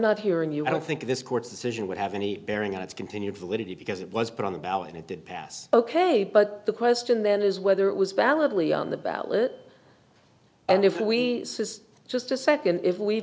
not hearing you i don't think this court's decision would have any bearing on its continued validity because it was put on the ballot and it did pass ok but the question then is whether it was validly on the ballot and if we just a nd if we